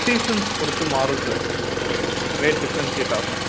seasons பொறுத்து மாறும் sir rate differentiate ஆகும்